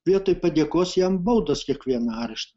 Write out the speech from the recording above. vietoj padėkos jam baudos kiekvieną areštą